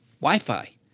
Wi-Fi